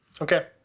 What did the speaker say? Okay